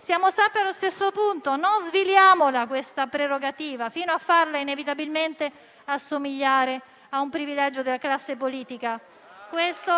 Siamo sempre allo stesso punto. Non sviliamo questa prerogativa fino a farla inevitabilmente assomigliare a un privilegio della classe politica. Questo